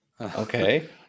okay